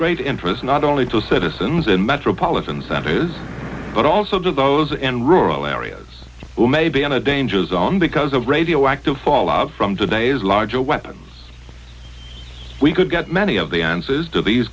great interest not only to citizens in metropolitan centers but also to those in rural areas who may be in a danger zone because of radioactive fallout from today's larger weapons we could get many of the answers to these